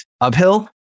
uphill